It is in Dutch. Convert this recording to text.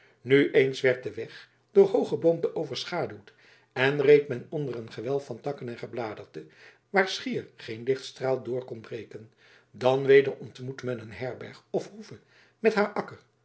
nu eens werd de weg door hoog geboomte overschaduwd en reed men onder een gewelf van takken en gebladerte waar schier geen lichtstraal door kon breken dan weder ontmoette men een herberg of hoeve met haar akker